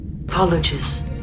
Apologies